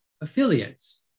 affiliates